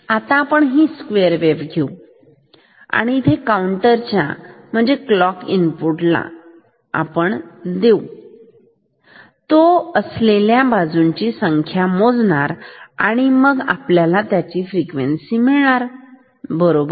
आता आपण ही स्क्वेअर वेव्ह इथे काउंटरच्या क्लॉक इनपुट ला देऊ तो असलेल्या बाजूंची संख्या मोजणार आणि मग आपल्याला फ्रिक्वेन्सी देणार बरोबर